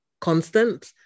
constant